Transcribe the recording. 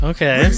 Okay